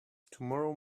tomorrow